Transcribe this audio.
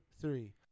three